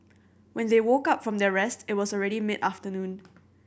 when they woke up from their rest it was already mid afternoon